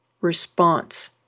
response